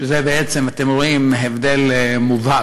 וזה בעצם, אתם רואים, הבדל מובהק.